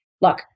Look